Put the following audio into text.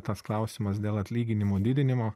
tas klausimas dėl atlyginimų didinimo